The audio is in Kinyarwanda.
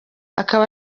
akaba